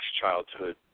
childhood